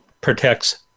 protects